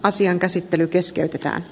asian käsittely keskeytetään